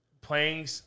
playing